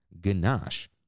ganache